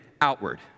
outward